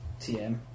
TM